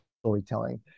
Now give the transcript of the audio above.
storytelling